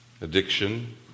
addiction